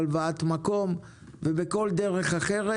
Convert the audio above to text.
בהלוואת מקום ובכל דרך אחרת.